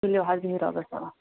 تُلِو حظ بِہو رۄبس حوال